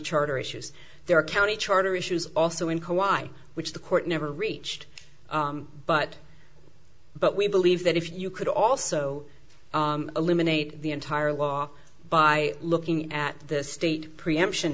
charter issues there are county charter issues also in co i which the court never reached but but we believe that if you could also eliminate the entire law by looking at the state preemption